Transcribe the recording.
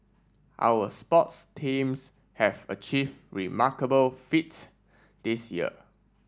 our sports teams have achieve remarkable feats this year